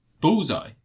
Bullseye